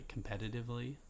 competitively